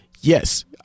yes